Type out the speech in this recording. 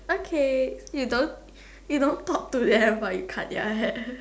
okay you don't you don't talk to them but you cut their hair